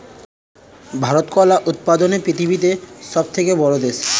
ভারত কলা উৎপাদনে পৃথিবীতে সবথেকে বড়ো দেশ